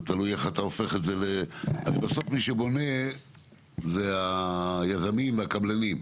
אבל בסוף מי שבונה זה היזמים והקבלנים,